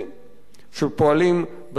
בסך הכול שפועלים בשפה העברית,